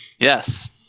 Yes